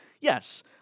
Yes